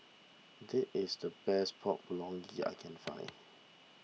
this is the best Pork Bulgogi I can find